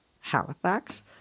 Halifax